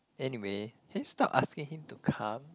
anyway can you stop asking him to come